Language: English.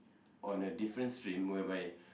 on a different stream whereby